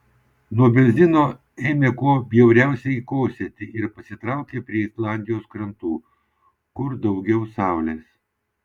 nuo benzino ėmė kuo bjauriausiai kosėti ir pasitraukė prie islandijos krantų kur daugiau saulės